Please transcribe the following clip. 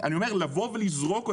לזרוק אותם?